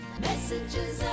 Messages